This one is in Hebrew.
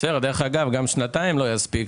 גם שנתיים לא יספיק,